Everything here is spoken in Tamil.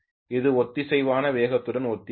இது ஒத்திசைவான வேகத்துடன் ஒத்திருக்கும்